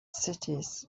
cities